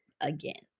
again